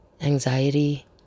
anxiety